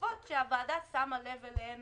נוספות שהוועדה שמה לב אליהן